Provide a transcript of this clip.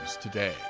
today